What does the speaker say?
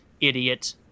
idiot